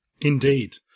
Indeed